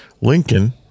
lincoln